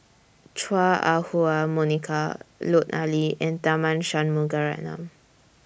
Chua Ah Huwa Monica Lut Ali and Tharman Shanmugaratnam